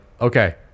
okay